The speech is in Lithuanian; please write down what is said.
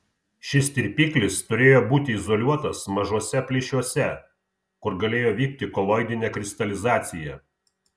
šis tirpiklis turėjo būti izoliuotas mažuose plyšiuose kur galėjo vykti koloidinė kristalizacija